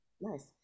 Nice